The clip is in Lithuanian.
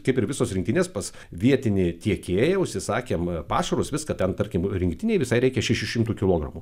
kaip ir visos rinktinės pas vietinį tiekėją užsisakėm pašarus viską ten tarkim rinktinei visai reikia šešių šimtų kilogramų